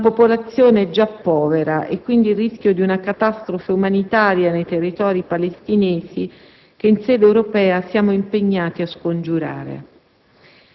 su una popolazione già povera e quindi il rischio di una catastrofe umanitaria nei Territori palestinesi che, in sede europea, siamo impegnati a scongiurare.